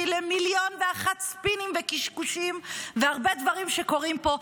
למיליון ואחד ספינים וקשקושים והרבה דברים שקורים פה,